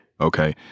Okay